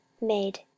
made